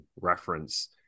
reference